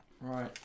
Right